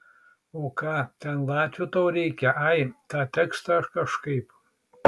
o ką ten latvių tau reikia ai tą tekstą kažkaip